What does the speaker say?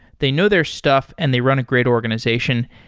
they know their stuff and they run a great organization.